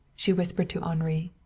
she whispered to henri.